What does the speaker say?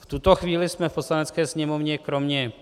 V tuto chvíli jsme v Poslanecké sněmovně kromě